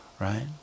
right